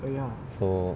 so